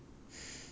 how's your dog